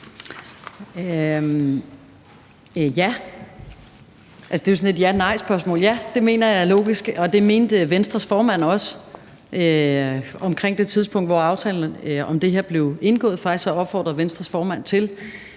Ja, det mener jeg er logisk, og det mente Venstres formand også omkring det tidspunkt, hvor aftalen om det her blev indgået. Faktisk opfordrede Venstres formand til,